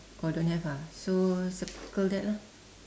oh don't have ah so circle that lah